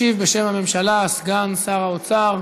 ישיב בשם הממשלה סגן שר האוצר